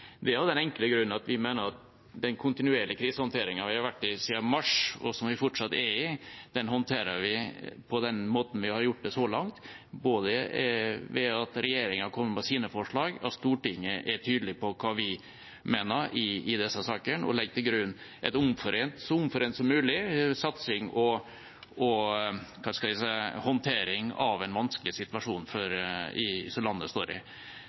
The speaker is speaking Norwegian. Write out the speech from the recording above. Det er av den enkle grunn at vi mener at den kontinuerlige krisehåndteringen vi har hatt siden mars, og som vi fortsatt har, håndterer vi på den måten vi har gjort så langt både ved at regjeringa kommer med sine forslag, og ved at Stortinget er tydelig på hva vi mener i disse sakene og legger til grunn en omforent – så omforent som mulig – satsing og håndtering av en vanskelig situasjon som landet står i.